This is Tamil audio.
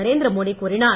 நரேந்திரமோடி கூறினார்